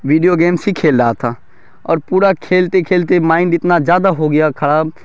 video games ہی کھیل رہا تھا اور پورا کھیلتے کھیلتے مائنڈ اتنا زیادہ ہو گیا خراب